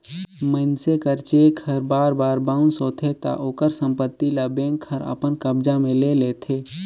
मइनसे कर चेक हर बार बार बाउंस होथे ता ओकर संपत्ति ल बेंक हर अपन कब्जा में ले लेथे